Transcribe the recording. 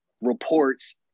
reports